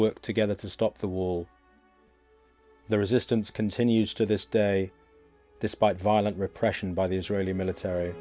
worked together to stop the wall the resistance continues to this day despite violent repression by the israeli military